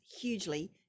hugely